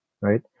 Right